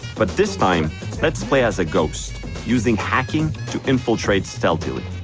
but this time let's play as a ghost using hacking to infiltrate stealthily.